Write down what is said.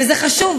וזה חשוב.